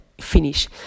finish